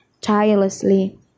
tirelessly